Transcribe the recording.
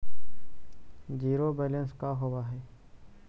Zero balance का होव हइ?